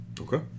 Okay